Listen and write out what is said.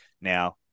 Now